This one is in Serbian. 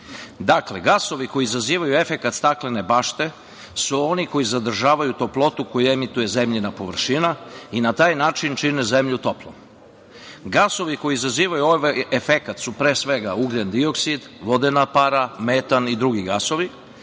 Dakle, gasovi koji izazivaju efekat staklene bašte su oni koji zadržavaju toplotu koju emituje zemljina površina i na taj način čine zemlju toplom. Gasovi koji izazivaju ovaj efekat su, pre svega, ugljendioksid, vodena para, metan i drugi gasovi,